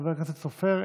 חבר הכנסת סופר,